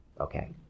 Okay